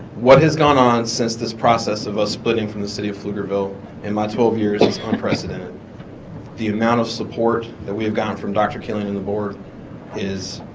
what has gone on since this process of us splitting from the city of pflugerville and my twelve years it's unprecedented the amount of support that we have gotten from dr. killian and the board is